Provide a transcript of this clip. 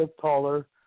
taller